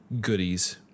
goodies